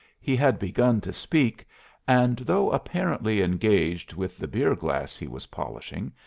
he had begun to speak and, though apparently engaged with the beer-glass he was polishing,